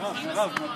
אדוני היושב-ראש,